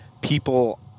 people